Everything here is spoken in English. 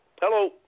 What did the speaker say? Hello